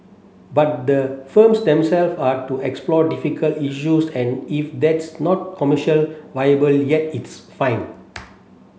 but the firms themself are to explore difficult issues and if that's not commercial viable yet it's fine